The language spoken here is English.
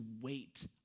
wait